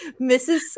Mrs